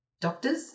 doctors